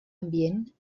ambient